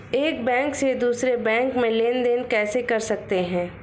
एक बैंक से दूसरे बैंक में लेनदेन कैसे कर सकते हैं?